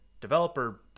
developer